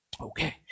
Okay